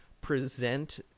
present